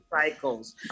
cycles